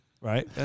Right